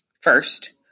first